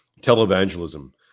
Televangelism